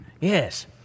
yes